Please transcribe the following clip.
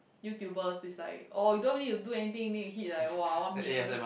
YouTuber is like orh you don't need to do anything then you hit like !wah! one mil